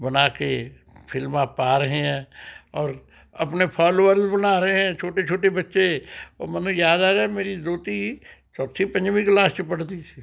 ਬਣਾ ਕੇ ਫਿਲਮਾਂ ਪਾ ਰਹੇ ਹੈ ਔਰ ਆਪਣੇ ਫੋਲੋਅਰ ਬਣਾ ਰਹੇ ਹੈ ਛੋਟੇ ਛੋਟੇ ਬੱਚੇ ਉਹ ਮੈਨੂੰ ਯਾਦ ਆ ਗਿਆ ਮੇਰੀ ਦੋਹਤੀ ਚੌਥੀ ਪੰਜਵੀਂ ਕਲਾਸ 'ਚ ਪੜ੍ਹਦੀ ਸੀ